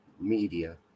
media